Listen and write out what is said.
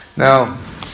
Now